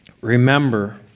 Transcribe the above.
remember